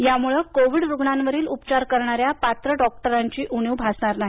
यामुळं कोविड रुग्णांवरील उपचार करणाऱ्या पात्र डॉक्टरांची उणीव भासणार नाही